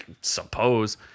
suppose